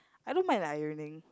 I don't mind the ironing